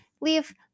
leave